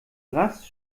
rast